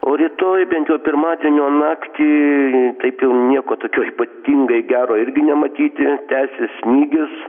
o rytoj bent jau pirmadienio naktį taip jau nieko tokio ypatingai gero irgi nematyti tęsis snygis